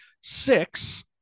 six